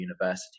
university